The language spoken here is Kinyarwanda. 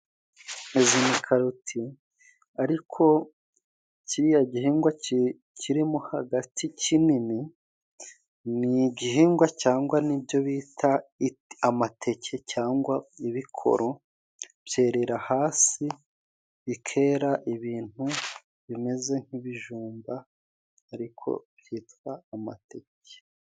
Izi ni karoti ariko kiriya gihingwa kirimo hagati kinini, ni igihingwa cyangwa n'ibyo bita amateke, cyangwa ibikoro. Byerera hasi bikera ibintu bimeze nk'ibijumba, ariko byitwa amateke.